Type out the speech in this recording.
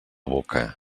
boca